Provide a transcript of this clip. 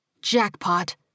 Jackpot